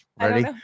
Ready